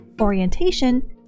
orientation